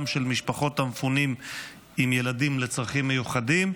של משפחות המפונים עם ילדים לצרכים מיוחדים.